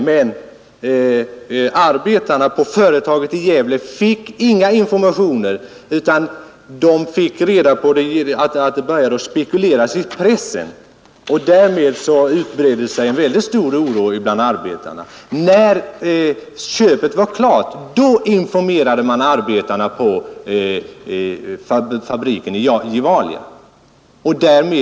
Men arbetarna på företaget i Gävle fick inga informationer, utan de fick reda på detta därför att det började spekuleras i pressen. Därmed utbredde sig en mycket stor oro bland arbetarna. När köpet var klart informerade man arbetarna på Gevalia.